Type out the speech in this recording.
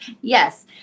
Yes